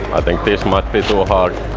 i think this might be so hard